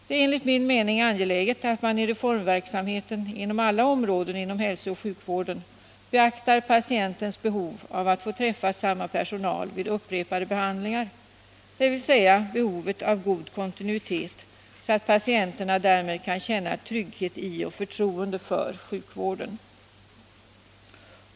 Det är enligt min mening angeläget att man i reformverksamheten inom alla områden inom hälsooch sjukvården beaktar patienternas behov av att få träffa samma personal vid upprepade behandlingar, dvs. behovet av god kontinuitet, så att patienterna därmed kan känna trygghet i och förtroende för sjukvården.